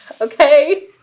okay